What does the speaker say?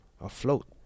afloat